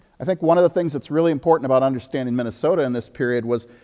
i think one of the things that's really important about understanding minnesota in this period was,